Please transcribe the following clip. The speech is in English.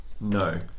no